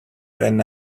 when